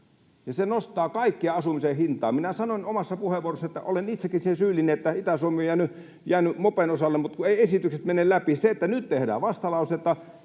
se nostaa kaikkien asumisen hintaa. Minä sanoin omassa puheenvuorossani, että olen itsekin siihen syyllinen, että Itä-Suomi on jäänyt mopen osalle, mutta kun eivät esitykset mene läpi. Se, että nyt tehdään vastalausetta